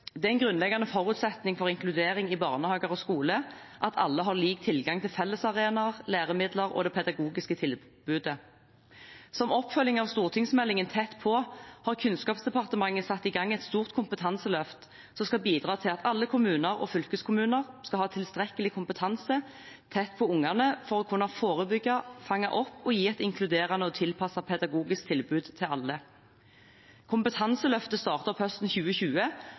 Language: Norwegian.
Det er en grunnleggende forutsetning for inkludering i barnehage og skole at alle har lik tilgang til fellesarenaer, læremidler og det pedagogiske tilbudet. Som oppfølging av stortingsmeldingen Tett på har Kunnskapsdepartementet satt i gang et stort kompetanseløft som skal bidra til at alle kommuner og fylkeskommuner skal ha tilstrekkelig kompetanse tett på ungene for å kunne forebygge, fange opp og gi et inkluderende og tilpasset pedagogisk tilbud til alle. Kompetanseløftet starter opp høsten 2020